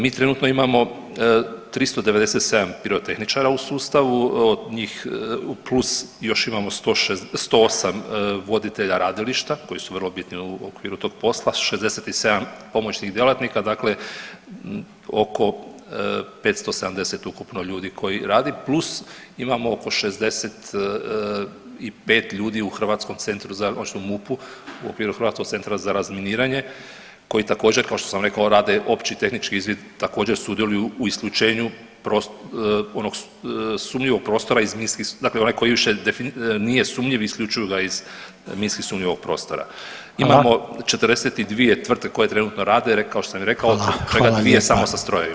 Mi trenutno imamo 397 pirotehničara u sustavu od njih plus još imamo 108 voditelja radilišta koji su vrlo bitni u okviru tog posla, 67 pomoćnih djelatnika dakle oko 570 ukupno ljudi koji radi, plus imamo oko 65 ljudi u Hrvatskom centru odnosno MUP-u u okviru Hrvatskog centra za razminiranje koji također kao što sam rekao rade opći tehnički izvid također sudjeluju u isključenju onog sumnjivog prostora dakle onaj koji više nije sumnjiv isključuju ga iz minski sumnjivog prostora [[Upadica Reiner: Hvala.]] Imamo 42 tvrtke koje trenutno rade [[Upadica Reiner: Hvala.]] kao što sam rekao, … dvije samo sa strojevima.